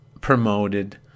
promoted